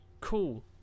cool